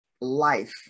life